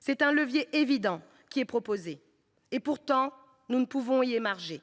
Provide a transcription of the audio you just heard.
C’est un levier évident ; et pourtant nous ne pouvons en bénéficier.